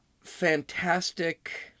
fantastic